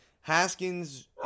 Haskins